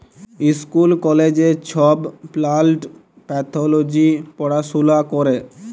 school কলেজে ছব plant pathology পড়াশুলা ক্যরে